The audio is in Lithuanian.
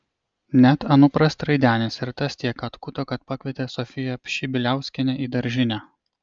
net anupras traidenis ir tas tiek atkuto kad pakvietė sofiją pšibiliauskienę į daržinę